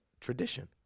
tradition